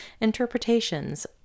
interpretations